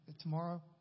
Tomorrow